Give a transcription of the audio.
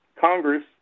Congress